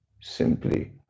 simply